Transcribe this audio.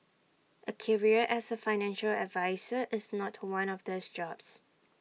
A career as A financial advisor is not one of these jobs